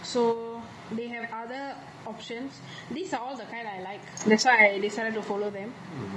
so they have other options these are all that kind I like that's why I decided to follow them